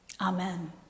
Amen